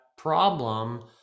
problem